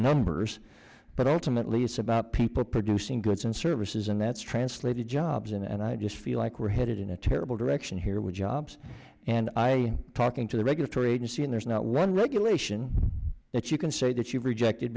numbers but ultimately it's about people producing goods and services and that's translated jobs and i just feel like we're headed in a terrible direction here with jobs and i talking to the regulatory agency and there's not one regulation that you can say that you've rejected